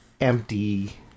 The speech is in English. empty